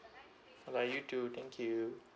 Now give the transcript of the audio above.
alright you too thank you